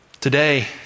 Today